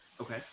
Okay